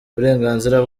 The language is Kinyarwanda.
uburenganzira